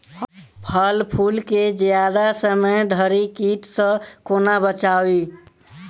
फल फुल केँ जियादा समय धरि कीट सऽ कोना बचाबी?